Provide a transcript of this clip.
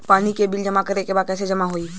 पानी के बिल जमा करे के बा कैसे जमा होई?